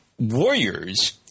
warriors